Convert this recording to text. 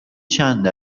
چند